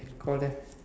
call them